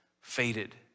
Faded